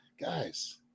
Guys